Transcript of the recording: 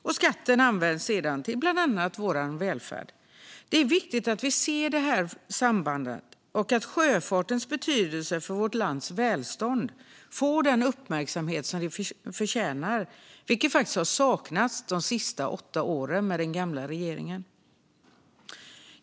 Och skatten används sedan till bland annat vår välfärd. Det är viktigt att vi ser detta samband och att sjöfartens betydelse för vårt lands välstånd får den uppmärksamhet den förtjänar. Det har faktiskt saknats de senaste åtta åren med den gamla regeringen.